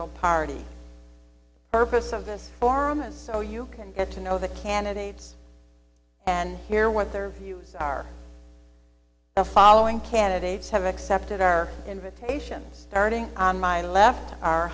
called party purpose of this forum and so you can get to know the candidates and hear what their views are the following candidates have accepted our invitation starting on my left our